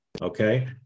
Okay